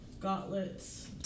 gauntlets